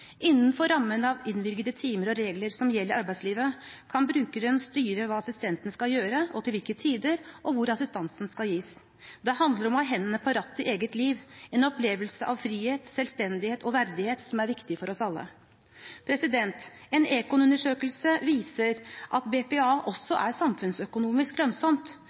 Innenfor rammen av innvilgede timer og regler som gjelder i arbeidslivet, kan brukeren styre hva assistenten skal gjøre, til hvilke tider, og hvor assistansen skal gis. Det handler om å ha hendene på rattet i eget liv, en opplevelse av frihet, selvstendighet og verdighet som er viktig for oss alle. En Econ-undersøkelse viser at BPA også er samfunnsøkonomisk lønnsomt,